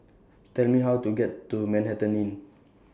Tell Me How to get to Manhattan Inn